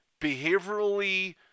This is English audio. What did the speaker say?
behaviorally